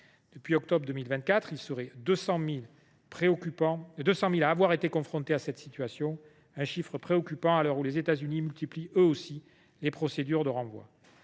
Depuis octobre 2024, ils seraient 200 000 à avoir été confrontés à cette situation. Ce chiffre est préoccupant à l’heure où les États Unis multiplient eux aussi les procédures de renvoi.